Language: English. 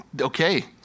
Okay